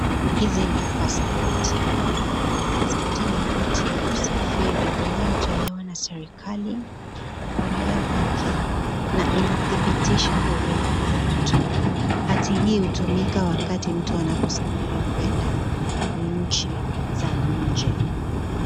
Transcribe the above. Hizi ni pasipoti, pasipoti ni hati ya kusafiri inayotolewa na serikali kwa raia wake, na inadhibitisha uraia wa mtu. Hati hii hutumika wakati mtu anaposafiri kwenda nchi za nje.